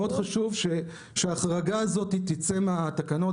מאוד חשוב שההחרגה הזאת תצא מהתקנות.